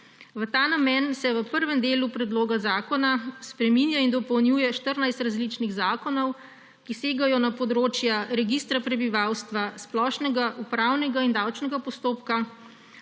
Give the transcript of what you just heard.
V ta namen se v prvem delu predloga zakona spreminja in dopolnjuje 14 različnih zakonov, ki segajo na področja registra prebivalstva, splošnega upravnega in davčnega postopka,